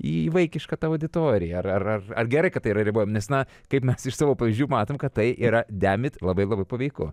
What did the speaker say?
į vaikišką tą auditoriją ar ar ar gerai kad tai yra ribojama nes na kaip mes iš savo pavyzdžių matome kad tai yra demit labai labai paveiku